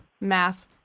Math